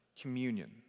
communion